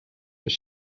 his